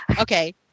Okay